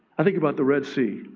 i think about the red sea.